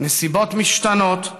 נסיבות משתנות,